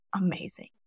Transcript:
amazing